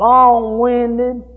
Long-winded